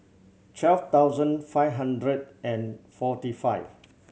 twelve thousand five hundred and forty five